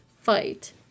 fight